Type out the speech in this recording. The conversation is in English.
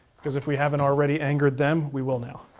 because if we haven't already angered them, we will now,